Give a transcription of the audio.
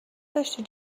داشتی